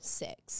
six